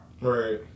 right